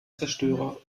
zerstörer